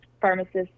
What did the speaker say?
pharmacists